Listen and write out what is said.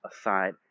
aside